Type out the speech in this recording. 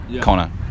Connor